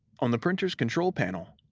on the printer's control panel,